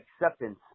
acceptance